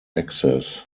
access